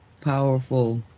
powerful